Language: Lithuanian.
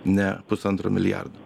ne pusantro milijardo